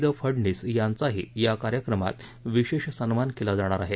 the Phadnis यांचाही या कार्यक्रमात विशेष सन्मान केला जाणार आहे